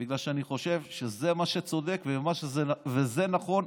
בגלל שאני חושב שזה מה שצודק ושזה נכון.